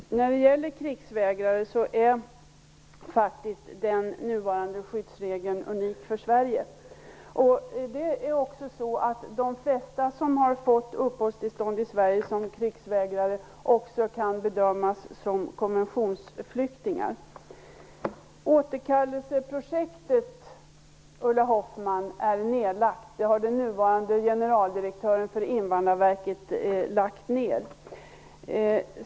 Herr talman! När det gäller krigsvägrare är den nuvarande skyddsregeln faktiskt unik för Sverige. De flesta som har fått uppehållstillstånd i Sverige som krigsvägrare kan också bedömas som konventionsflyktingar. Det har Invandarverkets nuvarande generaldirektör lagt ned.